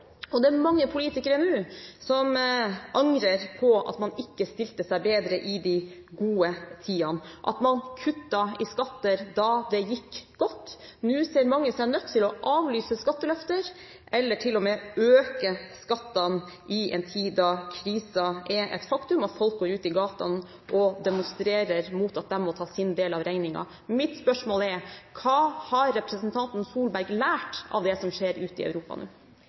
Norge. Det er mange politikere nå som angrer på at man ikke stilte seg bedre i de gode tidene, og på at man kuttet i skatter da det gikk godt. Nå ser mange seg nødt til å avlyse skatteløfter, eller til og med øke skattene, i en tid da krisen er et faktum, og folk går ut i gatene og demonstrerer mot at de må ta sin del av regningen. Mitt spørsmål er: Hva har representanten Solberg lært av det som skjer ute i Europa nå?